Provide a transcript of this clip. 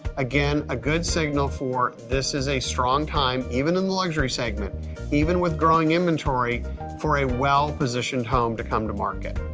again a good signal for this is a strong time even in the luxury segment even with growing inventory for a well positioned home to come to market.